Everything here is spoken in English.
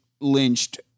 lynched